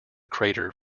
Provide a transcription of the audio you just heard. crater